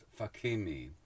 Fakimi